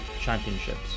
championships